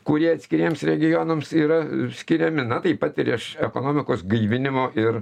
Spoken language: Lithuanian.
kurie atskiriems regionams yra skiriami na taip pat ir iš ekonomikos gaivinimo ir